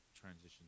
transition